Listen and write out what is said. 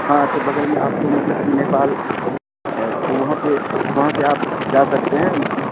ہاں اچھا بگل میں آپ کو مطلب کہ نیپال ہے تو وہاں پہ وہاں سے آپ جا سکتے ہیں